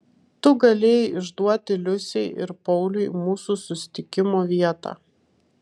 tu galėjai išduoti liusei ir pauliui mūsų susitikimo vietą